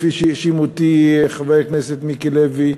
כפי שהאשים אותי חבר הכנסת מיקי לוי,